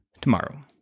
tomorrow